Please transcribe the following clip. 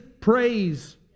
Praise